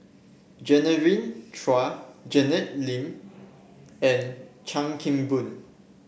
Genevieve Chua Janet Lim and Chan Kim Boon